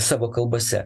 savo kalbose